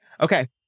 Okay